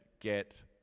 get